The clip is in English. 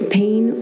pain